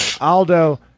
Aldo